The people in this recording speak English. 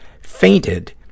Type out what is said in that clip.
fainted